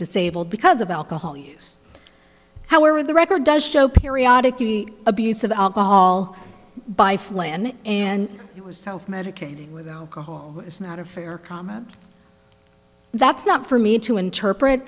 disabled because of alcohol use however the record does show periodically abuse of alcohol by flann and self medicating with alcohol is not a fair comment that's not for me to interpret